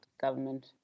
government